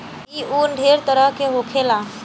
ई उन ढेरे तरह के होखेला